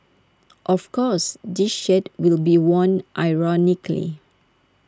of course this shirt will be worn ironically